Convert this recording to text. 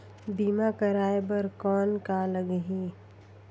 बीमा कराय बर कौन का लगही?